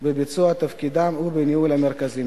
רב בביצוע תפקידם ובניהול המרכזים.